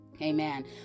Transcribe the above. Amen